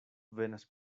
venas